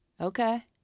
okay